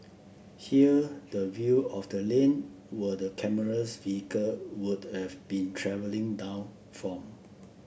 here the view of the lane were the camera's vehicle would have been travelling down from